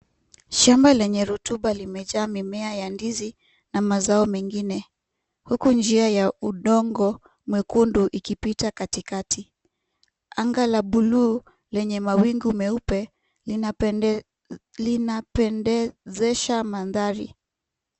Shamba lenye rotuba limejaa mimea ya ndizi na mazao mengine, huku njia ya udongo mwekundu ikipita katikati anga la buluu lenye mawingu meupe linapendezesha mandhari.